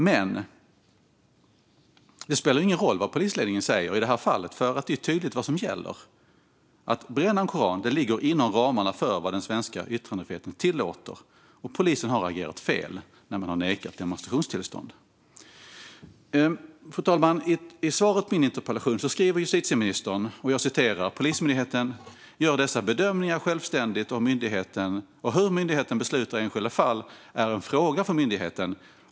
Men det spelar ingen roll vad polisledningen säger i detta fall, för det är tydligt vad som gäller. Att bränna en koran ligger inom ramarna för vad den svenska yttrandefriheten tillåter, och polisen har agerat fel när man har nekat demonstrationstillstånd. Fru talman! I svaret på min interpellation säger justitieministern: "Polismyndigheten gör dessa bedömningar självständigt, och hur myndigheten beslutar i enskilda fall är en fråga för myndigheten.